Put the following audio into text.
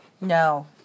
No